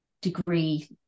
degree